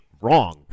Wrong